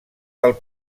del